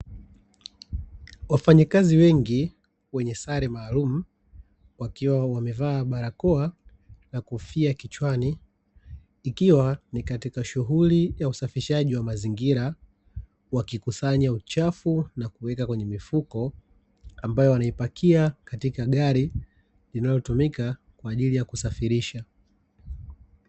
Wafanyakazi wengi wenye sare maalumu wakiwa wamevaa barakoa na kofia kichwani ikiwa ni katika shughuli ya usafishaji wa mazingira wakikusanya uchafu na kuweka kwenye mifuko ambayo wanaipakia katika gari linalotumika kwa ajili ya kusafirisha.